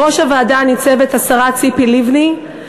בראש הוועדה ניצבת השרה ציפי לבני,